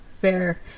fair